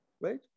right